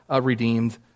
redeemed